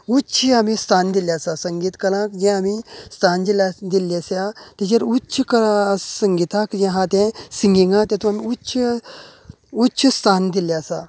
उच्च आमी स्थान दिल्ले आसा संगीत कलाक ह्ये आमी स्थान जिला दिल्ली आसा तेजेर उच्च क् संगिताक ह्ये आहा ते सिंगीगाक तेतून आमी उच्च उच्च स्थान दिल्ले आसा